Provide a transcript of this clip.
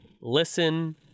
listen